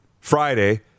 Friday